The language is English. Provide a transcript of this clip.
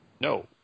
No